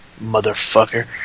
motherfucker